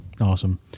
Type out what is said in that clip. Awesome